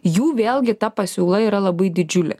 jų vėlgi ta pasiūla yra labai didžiulė